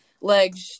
legs